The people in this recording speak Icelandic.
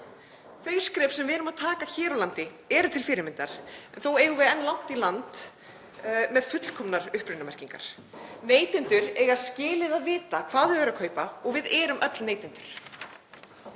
Þau skref sem við erum að taka hér á landi eru til fyrirmyndar. Þó eigum við enn langt í land með fullkomnar upprunamerkingar. Neytendur eiga skilið að vita hvað þeir eru að kaupa og við erum öll neytendur.